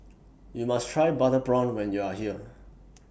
YOU must Try Butter Prawn when YOU Are here